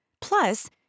Plus